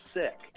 sick